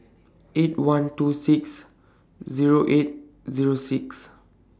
eight one two six Zero eight Zero six